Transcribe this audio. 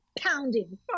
pounding